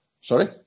sorry